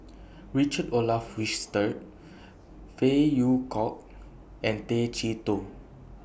Richard Olaf Winstedt Phey Yew Kok and Tay Chee Toh